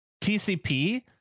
TCP